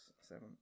seven